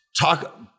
talk